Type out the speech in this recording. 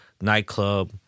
nightclub